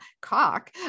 cock